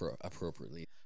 appropriately